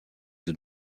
eaux